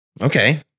Okay